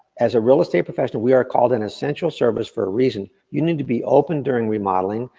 as a real estate professional, we are called an essential service for a reason. you need to be open during remodeling,